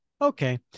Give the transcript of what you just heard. Okay